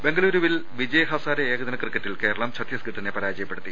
ബെങ്കളൂരുവിൽ വിജയ് ഹസാരെ ഏകദിന ക്രിക്കറ്റിൽ കേരളം ചത്തീസ്ഗഢിനെ പരാജയപ്പെടുത്തി